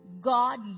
God